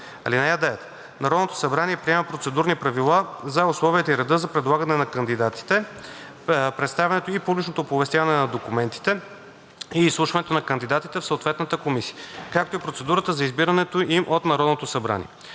събрание. (9) Народното събрание приема процедурни правила за условията и реда за предлагане на кандидатите, представянето и публичното оповестяване на документите и изслушването на кандидатите в съответната комисия, както и процедурата за избирането им от Народното събрание.